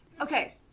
Okay